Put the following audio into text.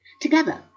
Together